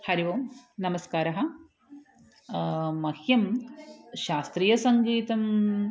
हरिः ओम् नमस्कारः मह्यं शास्त्रीयसङ्गीतम्